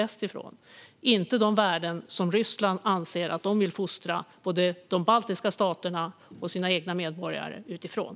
Det är inte de värden som Ryssland anser att de vill fostra både de baltiska staterna och sina egna medborgare utifrån.